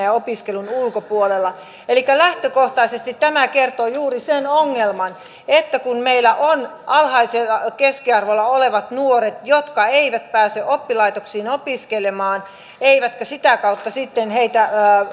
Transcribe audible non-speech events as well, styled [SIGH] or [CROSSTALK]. [UNINTELLIGIBLE] ja opiskelun ulkopuolella elikkä lähtökohtaisesti tämä kertoo juuri sen ongelman että kun meillä on alhaisen keskiarvon nuoret jotka eivät pääse oppilaitoksiin opiskelemaan eikä sitä kautta sitten